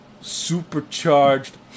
supercharged